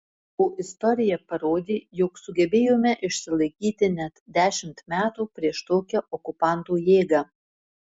o istorija parodė jog sugebėjome išsilaikyti net dešimt metų prieš tokią okupantų jėgą